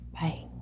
Bye